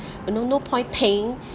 you know no point paying